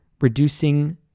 reducing